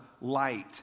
light